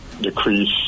decrease